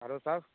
आरो सभ